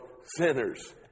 sinners